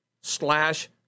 slash